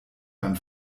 beim